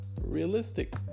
realistic